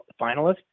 finalist